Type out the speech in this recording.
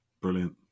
Brilliant